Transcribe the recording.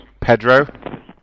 Pedro